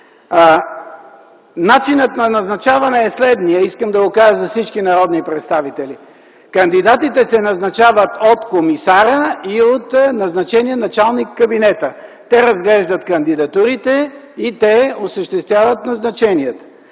Начинът на назначаване е следният, искам да го кажа за всички народни представители: кандидатите се назначават от комисаря и от назначения началник кабинета. Те разглеждат кандидатурите и те осъществяват назначенията.